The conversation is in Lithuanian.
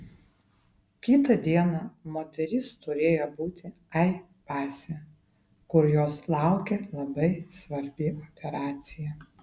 kitą dieną moteris turėjo būti ei pase kur jos laukė labai svarbi operacija